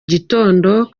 gitondo